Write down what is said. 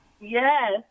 Yes